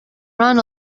run